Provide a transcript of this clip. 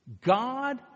God